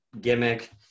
gimmick